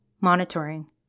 monitoring